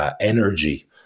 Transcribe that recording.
energy